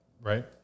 right